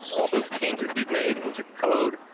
all those changes we've made into code,